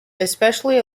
especially